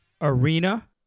Arena